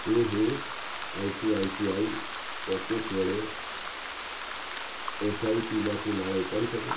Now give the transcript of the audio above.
શું હું ICICI pockets વડે એસઆઈપીમાંથી નાણાં ઉપાડી શકું